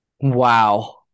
Wow